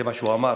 זה מה שהוא אמר,